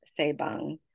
sebang